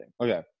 Okay